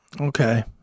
okay